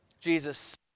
Jesus